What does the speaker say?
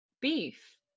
beef